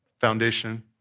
Foundation